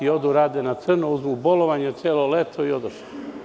Odu da rade na crno, uzmu bolovanje celo leto i odoše.